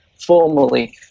formally